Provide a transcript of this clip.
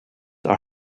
are